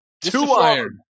Two-iron